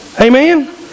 Amen